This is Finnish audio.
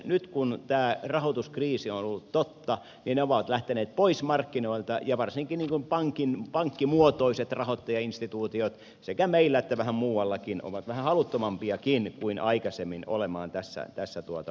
nyt kun tämä rahoituskriisi on ollut totta ne ovat lähteneet pois markkinoilta ja varsinkin pankkimuotoiset rahoittajainstituutiot sekä meillä että vähän muuallakin ovat vähän haluttomampiakin kuin aikaisemmin olemaan tässä mukana